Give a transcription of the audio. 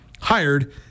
hired